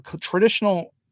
traditional